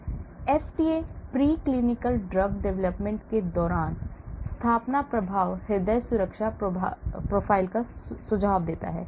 FDA preclinical drug development के दौरान स्थापना प्रभाव हृदय सुरक्षा प्रोफ़ाइल का सुझाव देता है